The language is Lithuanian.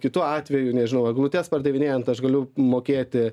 kitu atveju nežinau eglutes pardavinėjant aš galiu mokėti